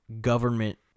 government